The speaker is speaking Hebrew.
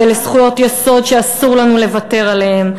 שאלה זכויות יסוד שאסור לנו לוותר עליהן,